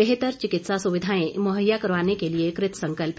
बेहतर चिकित्सा सुविधाएं मुहैया करवाने के लिए कृतसंकल्प है